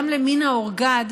גם למינה אורגד,